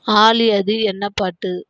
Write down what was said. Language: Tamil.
ஆலி அது என்ன பாட்டு